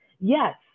yes